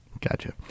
Gotcha